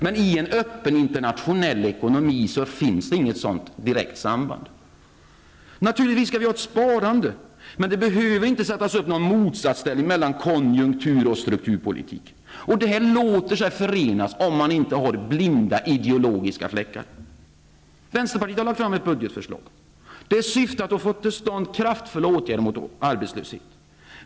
Men i en öppen nationell ekonomi finns det inget sådant direkt samband. Naturligtvis måste vi ha ett sparande, men det behöver inte sättas upp någon motsatsställning mellan konjunktur och strukturpolitik. De låter sig förenas om man inte har blinda ideologiska fläckar. Vänsterpartiet har lagt fram sitt budgetförslag. Det syftar till att få till stånd kraftfulla åtgärder mot arbetslösheten.